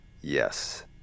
Yes